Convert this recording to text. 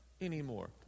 anymore